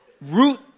root